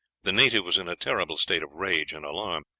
the native was in a terrible state of rage and alarm.